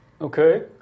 Okay